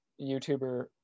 YouTuber